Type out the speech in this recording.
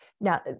Now